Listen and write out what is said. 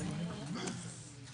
הישיבה ננעלה בשעה 12:14.